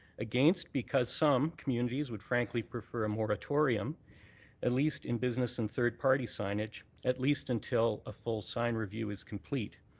against, because some communities would frankly prefer moratorium at least in business and third party signage, at least until a full sign review is complete.